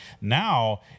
now